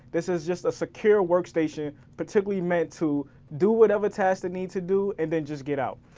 this is just a secure workstation particularly meant to do whatever task they need to do and then just get out.